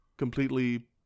completely